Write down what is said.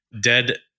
Dead